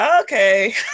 Okay